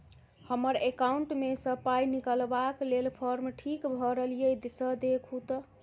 हम्मर एकाउंट मे सऽ पाई निकालबाक लेल फार्म ठीक भरल येई सँ देखू तऽ?